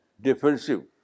defensive